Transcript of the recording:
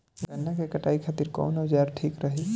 गन्ना के कटाई खातिर कवन औजार ठीक रही?